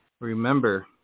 Remember